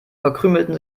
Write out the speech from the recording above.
verkrümelten